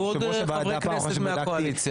השתתפו עוד חברי כנסת מהקואליציה.